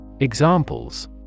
Examples